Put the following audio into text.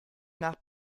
nach